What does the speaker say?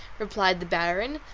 replied the baron,